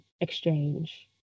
exchange